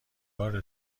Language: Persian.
بار